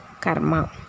karma